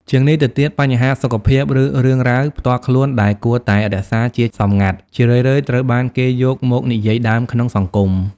ជាងនេះទៅទៀតបញ្ហាសុខភាព ឬរឿងរ៉ាវផ្ទាល់ខ្លួនដែលគួរតែរក្សាជាសម្ងាត់ ជារឿយៗត្រូវបានគេយកមកនិយាយដើមក្នុងសង្គម។